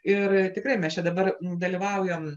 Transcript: ir tikrai mes čia dabar dalyvaujam